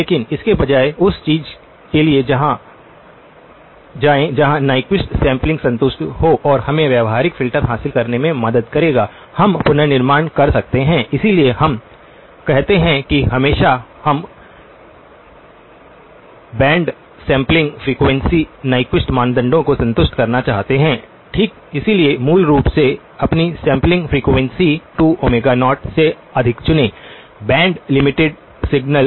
लेकिन इसके बजाय उस चीज़ के लिए जाएं जहाँ न्यक्विस्ट सैंपलिंग संतुष्ट हो और हमें व्यावहारिक फ़िल्टर हासिल करने में मदद करेगा हम पुनर्निर्माण कर सकते हैं 0640 इसीलिए हम कहते हैं कि हमेशा हम चुनेंसैंपलिंग फ्रीक्वेंसी न्यक्विस्ट मानदंडों को संतुष्ट करना चाहते हैं ठीक इसलिए मूल रूप से अपनी सैंपलिंग फ्रीक्वेंसी 2Ωo से अधिक चुनें बैंड लिमिटेड सिग्नल